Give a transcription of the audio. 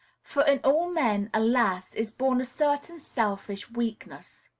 for in all men, alas! is born a certain selfish weakness,